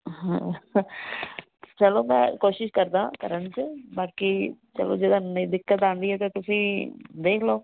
ਹਾਂ ਚਲੋ ਮੈਂ ਕੋਸ਼ਿਸ਼ ਕਰਦਾ ਕਰਨ 'ਚ ਬਾਕੀ ਚਲੋ ਜਿਹੜਾ ਇੰਨੀ ਦਿੱਕਤ ਆਉਂਦੀ ਹੈ ਤਾਂ ਤੁਸੀਂ ਦੇਖ ਲਓ